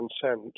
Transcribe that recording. consent